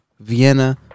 Vienna